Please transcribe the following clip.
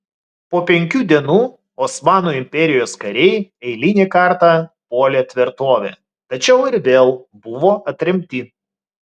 po penkių dienų osmanų imperijos kariai eilinį kartą puolė tvirtovę tačiau ir vėl buvo atremti